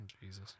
Jesus